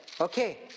Okay